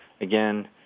again